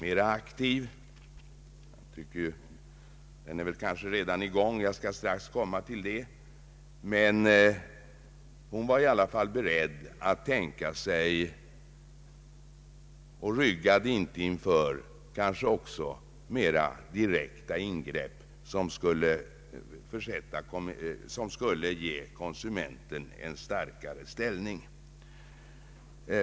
En sådan är kanske redan i gång — jag skall strax återkomma till det — men fru Elvy Olsson var beredd att tänka sig och ryggade inte för de kanske mer direkta ingrepp som skulle förbättra konsumentens ställning.